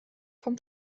vom